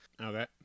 Okay